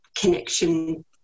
Connection